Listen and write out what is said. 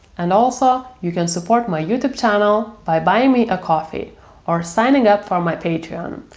and also, you can support my youtube channel by buying me a coffee or signing up for my patreon,